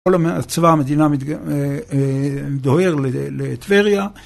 כל צבא המדינה מתג... אה... אה.. דוהר לטבריה.